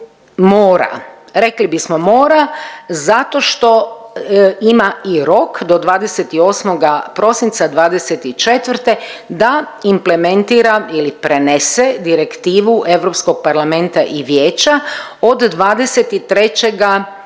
Rekli bismo mora zato što ima i rok do 28. prosinca '24. da implementira ili prenese direktivu Europskog parlamenta i Vijeća od 23. studenoga